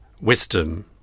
wisdom